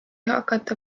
hakata